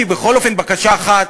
יש לי בכל אופן בקשה אחת,